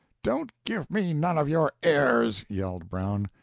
don't give me none of your airs! yelled brown.